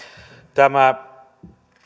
tämä